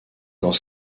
dans